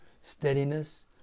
steadiness